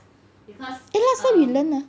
eh last time you learn ah